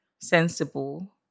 sensible